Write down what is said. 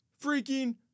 freaking